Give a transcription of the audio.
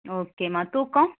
ஓகேமா தூக்கம்